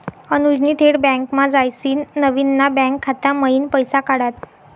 अनुजनी थेट बँकमा जायसीन नवीन ना बँक खाता मयीन पैसा काढात